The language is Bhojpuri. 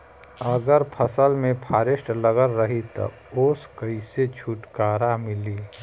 अगर फसल में फारेस्ट लगल रही त ओस कइसे छूटकारा मिली?